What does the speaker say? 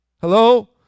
Hello